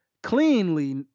cleanly